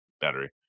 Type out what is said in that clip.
battery